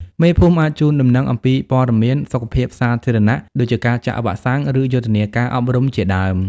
មេភូមិអាចជូនដំណឹងព័ត៌មានអំពី សុខភាពសាធារណៈ ដូចជាការចាក់វ៉ាក់សាំង ឬយុទ្ធនាការអប់រំជាដើម។